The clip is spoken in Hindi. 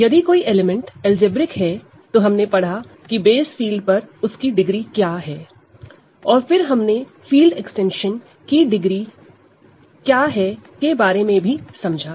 यदि कोई एलिमेंट अलजेब्रिक है तो हमने पढ़ा की बेस फील्ड पर उसकी डिग्री क्या है और फिर हमने फील्ड एक्सटेंशन की डिग्री क्या है के बारे में भी समझा